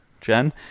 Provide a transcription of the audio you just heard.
Jen